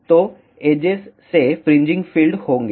तो एजेस से fringing field होंगे